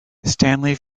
stanley